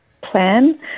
plan